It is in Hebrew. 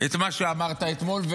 את מה שאמרת אתמול.